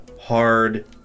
hard